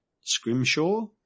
Scrimshaw